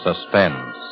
Suspense